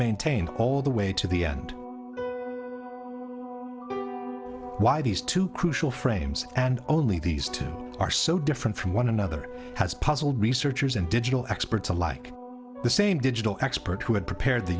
maintained all the way to the end why these two crucial frames and only these two are so different from one another has puzzled researchers and digital experts alike the same digital expert who had prepared the